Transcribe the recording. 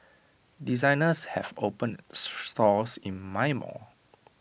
designers have opened stores in my mall